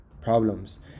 problems